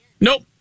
Nope